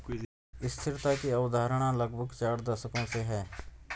स्थिरता की अवधारणा लगभग चार दशकों से है